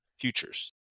futures